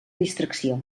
distracció